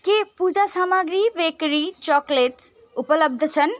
के पूजा सामाग्री बेकरी चकलेट्स उपलब्ध छन्